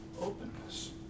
openness